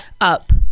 up